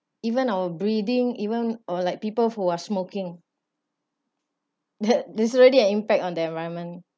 even our breathing even or like people who are smoking that there's already an impact on the environment